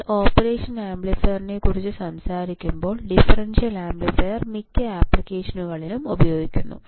നമ്മൾ ഓപ്പറേഷൻ ആംപ്ലിഫയറിനെക്കുറിച്ച് സംസാരിക്കുമ്പോൾ ഡിഫറൻഷ്യൽ ആംപ്ലിഫയർ മിക്ക ആപ്ലിക്കേഷനുകളിലും ഉപയോഗിക്കുന്നു